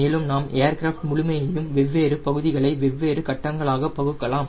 மேலும் நாம் ஏர்கிராஃப்ட் முழுமையையும் வெவ்வேறு பகுதிகளை வெவ்வேறு கட்டங்களாக பகுக்கலாம்